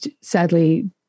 sadly